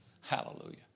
Hallelujah